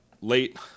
late